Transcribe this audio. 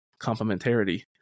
Complementarity